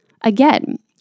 Again